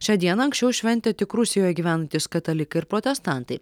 šią dieną anksčiau šventė tik rusijoje gyvenantys katalikai ir protestantai